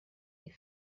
est